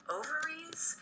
ovaries